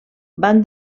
van